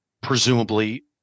presumably